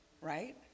right